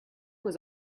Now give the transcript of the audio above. was